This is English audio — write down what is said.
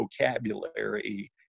vocabulary